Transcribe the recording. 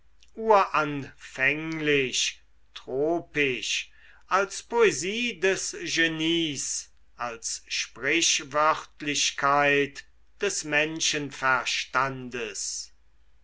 uranfänglich tropisch als poesie des genies als sprichwörtlichkeit des